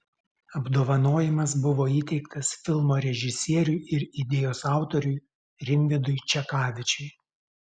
apdovanojimas buvo įteiktas filmo režisieriui ir idėjos autoriui rimvydui čekavičiui